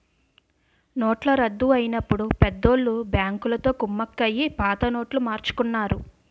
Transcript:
నోట్ల రద్దు అయినప్పుడు పెద్దోళ్ళు బ్యాంకులతో కుమ్మక్కై పాత నోట్లు మార్చుకున్నారు